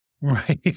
Right